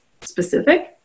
specific